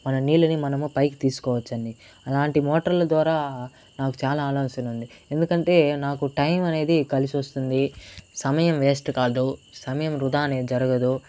మన నీళ్ళని మనము పైకి తీసుకోవచ్చు అండి అలాంటి మోటార్ల ద్వారా నాకు చాలా ఆలోచన ఉంది ఎందుకంటే నాకు టైం అనేది కలిసి వస్తుంది సమయం వేస్ట్ కాదు సమయం వృధా అనేది జరగదు